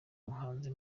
umuhanzi